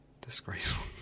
disgraceful